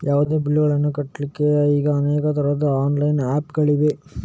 ಯಾವುದೇ ಬಿಲ್ಲುಗಳನ್ನು ಕಟ್ಲಿಕ್ಕೆ ಈಗ ಅನೇಕ ತರದ ಆನ್ಲೈನ್ ಆಪ್ ಗಳಿವೆ